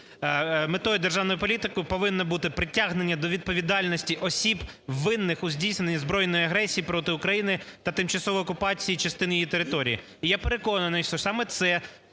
"Метою державної політики повинно бути притягнення до відповідальності осіб винних у здійсненні збройної агресії проти України та тимчасової окупації частин її території".